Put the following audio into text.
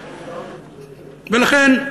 ולכן,